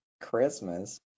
Christmas